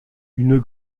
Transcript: une